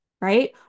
right